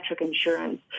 insurance